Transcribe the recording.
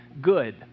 good